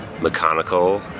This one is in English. mechanical